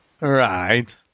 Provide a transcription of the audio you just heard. Right